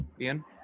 Ian